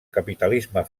capitalisme